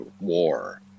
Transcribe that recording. War